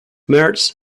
mertz